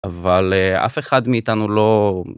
אבל אה.. אף אחד מאיתנו לא...